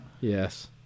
Yes